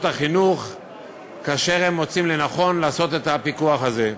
החינוך כאשר הם מוצאים לנכון לעשות את הפיקוח הזה.